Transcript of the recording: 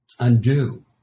Undo